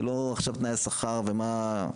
זה לא עכשיו תנאי שכר ומה,